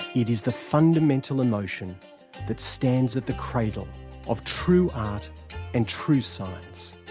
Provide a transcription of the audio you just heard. it is the fundamental emotion that stands at the cradle of true art and true science,